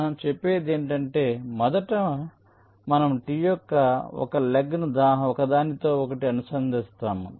మనం చెప్పేది ఏమిటంటే మొదట మనము T యొక్క ఈ కాలును ఒకదానితో ఒకటి అనుసంధానిస్తాము